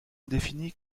indéfini